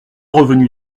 revenu